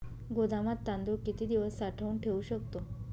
गोदामात तांदूळ किती दिवस साठवून ठेवू शकतो?